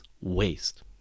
waste